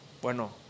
Bueno